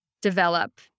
develop